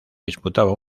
disputaba